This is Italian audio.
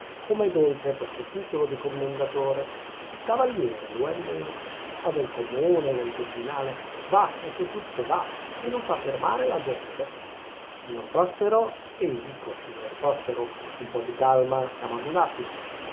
come è dolce questo titolo di commendatore il cavaliere lo è meno ha del comune del dozzinale va ecco tutto va e non fa fermare la gente signor prospero ehi dico signor prospero un po di calma siamo arrivati